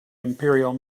imperial